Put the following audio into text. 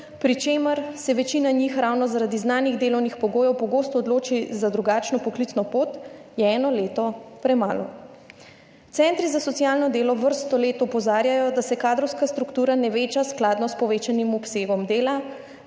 pri čemer se večina njih ravno zaradi znanih delovnih pogojev pogosto odloči za drugačno poklicno pot, je eno leto premalo. Centri za socialno delo vrsto let opozarjajo, da se kadrovska struktura ne veča skladno s povečanim obsegom dela,